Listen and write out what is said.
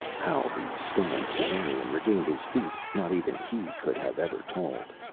how the stunned cimmerian regained his feet, not even he could have ever told.